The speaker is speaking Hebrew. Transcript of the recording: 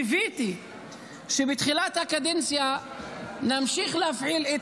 קיוויתי שבתחילת הקדנציה נמשיך להפעיל את